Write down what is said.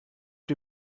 die